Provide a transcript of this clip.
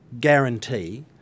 guarantee